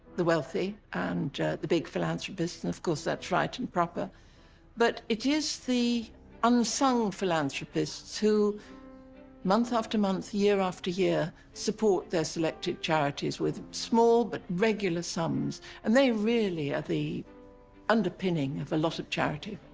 the wealthy and the big philanthropist of course that's right and proper but it is the unsung philanthropists, who month after month, year after year, support their selected charities with small but regular sums and they really are the underpinning of a lot of charity.